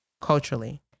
culturally